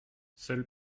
seul